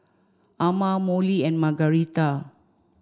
Ama Molly and Margarita